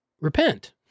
repent